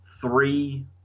three